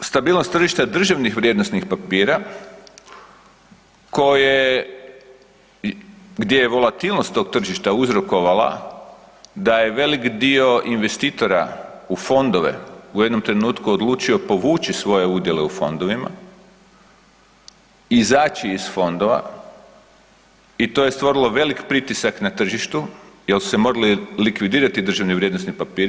Napokon stabilnost tržišta državnih vrijednosnih papira gdje je volatilnost tog tržišta uzrokovala da je velik dio investitora u fondove u jednom trenutku odlučio povući svoje udjele u fondovima, izaći iz fondova i to je stvorilo velik pritisak na tržištu jer su se morali likvidirati državni vrijednosni papiri.